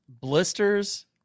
blisters